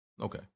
okay